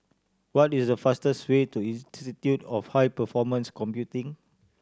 what is the fastest way to Institute of High Performance Computing